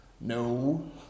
no